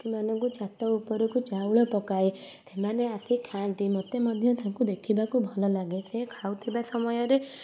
ପକ୍ଷୀମାନଙ୍କୁ ଛାତ ଉପରକୁ ଚାଉଳ ପକାଏ ସେମାନେ ଆସି ଖାଆନ୍ତି ମୋତେ ମଧ୍ୟ ତାଙ୍କୁ ଦେଖିବାକୁ ଭଲଲାଗେ ସେ ଖାଉଥିବା ସମୟରେ